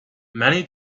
many